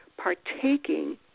partaking